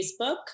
Facebook